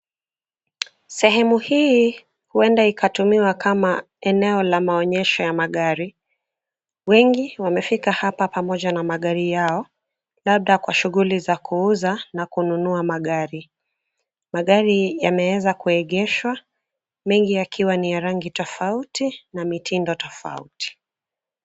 Sehemu hii huenda ikatumiwa kama eneo la maonyesho ya magari. Wengi wamefika hapa pamoja na magari yao labda kwa shughuli za kuuza na kununua magari. Magari yameweza kuegeshwa mengi yakiwa ya rangi tofauti na mitindo tofauti.